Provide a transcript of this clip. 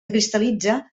cristal·litza